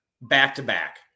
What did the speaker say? back-to-back